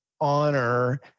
honor